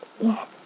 Yes